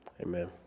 Amen